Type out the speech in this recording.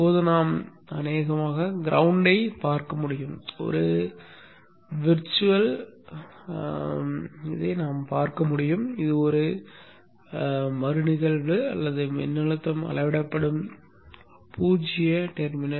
இப்போது நாம் அநேகமாக கிரௌண்ட்ஐ பார்க்க முடியும் ஒரு மெய்நிகர் பார்க்க முடியும் இது ஒரு மறுநிகழ்வு அல்லது மின்னழுத்தம் அளவிடப்படும் பூஜ்ஜிய முனை